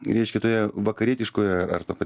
reiškia toje vakarietiškoje ar ta pati